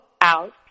out